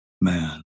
Man